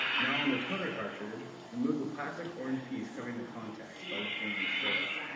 now on the toner cartridge, remove the plastic orange piece covering the contacts by lifting them straight up.